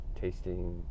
tasting